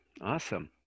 Awesome